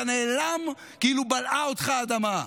אתה נעלם כאילו בלעה אותך האדמה.